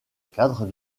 cadre